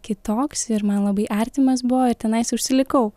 kitoks ir man labai artimas buvo ir tenais užsilikau